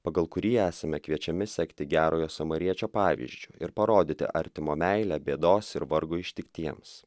pagal kurį esame kviečiami sekti gerojo samariečio pavyzdžiu ir parodyti artimo meilę bėdos ir vargo ištiktiems